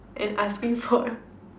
and asking for a